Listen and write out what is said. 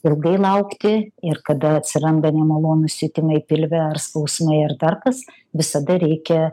ilgai laukti ir kada atsiranda nemalonūs jutimai pilve ar skausmai ar dar kas visada reikia